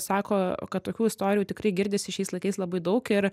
sako kad tokių istorijų tikrai girdisi šiais laikais labai daug ir